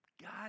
God